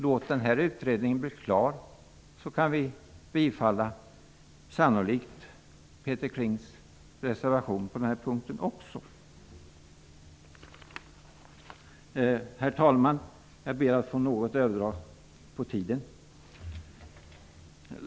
Låt utredningen bli klar, så kan vi sannolikt bifalla Peter Klings reservation också på den här punkten.